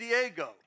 Diego